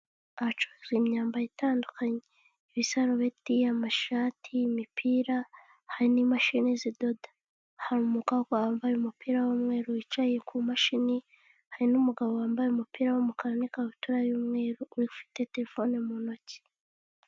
Ahacururizwa imyambaro itandukanye ibisarobeti, amashati, imipira hari n'imashini zidoda, hari umukobwa wambaye umupira w'umweru wicaye ku mashini, hari n'umugabo wambaye umupira w'umukara n'ikabutura y'umweru ufite telefone mu ntoki.